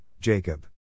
Jacob